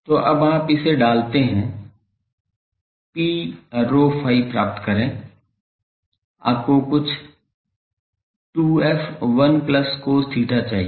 तो अब आप इसे डालते हैं Pρ ϕ प्राप्त करें आपको कुछ 2f 1 plus cos theta चाहिए